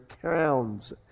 crowns